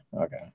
okay